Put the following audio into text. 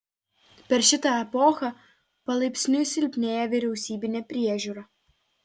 per šitą epochą palaipsniui silpnėja vyriausybinė priežiūra